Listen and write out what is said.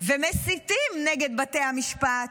שרים ומסיתים נגד בתי המשפט,